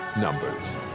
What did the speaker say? numbers